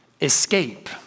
escape